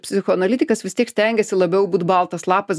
psichoanalitikas vis tiek stengiasi labiau būt baltas lapas